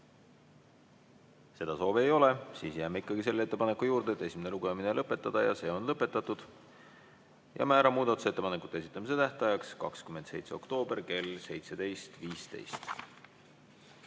Seda soovi ei ole. Siis jääme ikkagi ettepaneku juurde esimene lugemine lõpetada ja see on lõpetatud. Määran muudatusettepanekute esitamise tähtajaks 27. oktoobri kell 17.15.